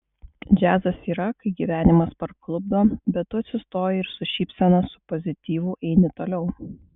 džiazas yra kai gyvenimas parklupdo bet tu atsistoji ir su šypsena su pozityvu eini toliau